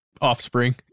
offspring